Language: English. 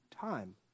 time